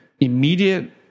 immediate